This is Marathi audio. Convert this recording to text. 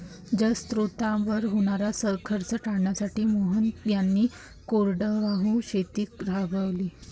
जलस्रोतांवर होणारा खर्च टाळण्यासाठी मोहन यांनी कोरडवाहू शेती राबवली